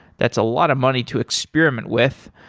that's a lot of money to experiment with.